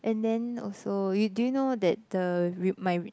and then also you do you know that the re~ my rem~